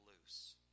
loose